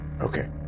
Okay